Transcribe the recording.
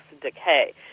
decay